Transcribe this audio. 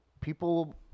People